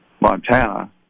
Montana